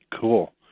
Cool